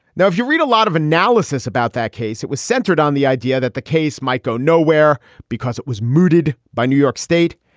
now, if you read a lot of analysis about that case, it was centered on the idea that the case might go nowhere because it was mooted by new york state.